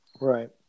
Right